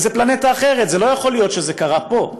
זה פלנטה אחרת, זה לא יכול להיות שזה קרה פה.